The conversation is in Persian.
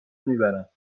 بردم